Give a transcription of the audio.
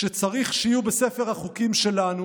שצריך שיהיו בספר החוקים שלנו